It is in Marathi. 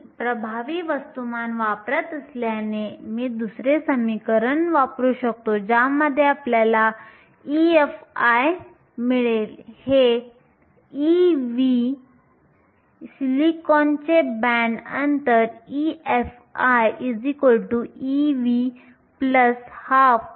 मी प्रभावी वस्तुमान वापरत असल्याने मी दुसरे समीकरण वापरू शकतो ज्यामधून आपल्याला EFi मिळेल हे Ev सिलिकॉनचे बँड अंतर EFi Ev 121